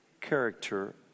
character